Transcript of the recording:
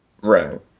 right